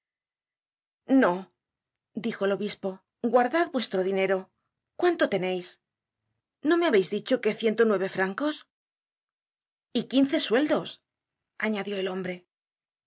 no dijo el obispo guardad vuestro dinero cuánto teneis no me habeis dicho que ciento nueve francos y quince sueldos añadió el hombre